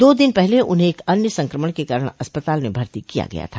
दो दिन पहले उन्हें एक अन्य संक्रमण के कारण अस्पताल में भर्ती किया गया था